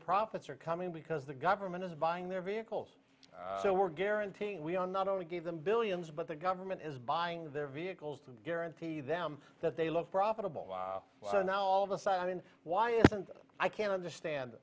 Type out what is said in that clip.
profits are coming because the government is buying their vehicles so we're guaranteeing we are not only gave them billions but the government is buying their vehicles to guarantee them that they love profitable so now all of us i mean why isn't i can understand